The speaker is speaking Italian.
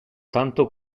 tanto